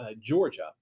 Georgia